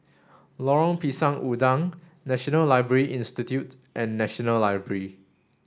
Lorong Pisang Udang National Library Institute and National Library